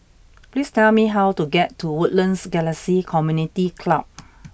please tell me how to get to Woodlands Galaxy Community Club